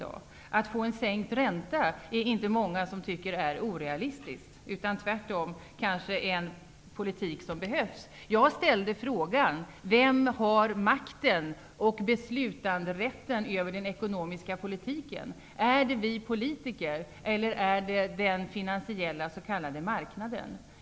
Att få en sänkt ränta är det inte många som tycker är orealistiskt, utan tvärtom en politik som kanske behövs. Jag ställde frågan: Vem har makten och beslultanderätten över den ekonomiska politiken, är det vi politiker eller är det den finansiella s.k. marknaden?